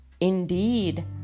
Indeed